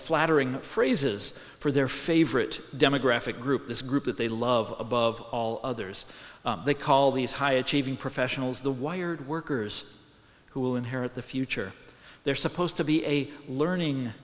flattering phrases for their favorite demographic group this group that they love above all others they call these high achieving professionals the wired workers who will inherit the future they're supposed to be a learning